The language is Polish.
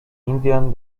indian